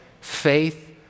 faith